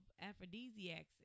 aphrodisiacs